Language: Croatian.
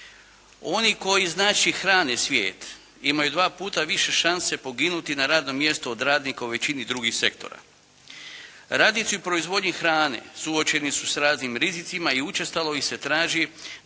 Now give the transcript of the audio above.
Oni koji znače hrane svijet imaju dva puta više šanse poginuti na radnom mjestu od radnika u većini drugih sektora. Radnici u proizvodnji hrane suočeni su s raznim rizicima i učestalo ih se traži